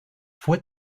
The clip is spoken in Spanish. fue